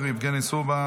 יבגני סובה,